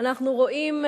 אנחנו רואים,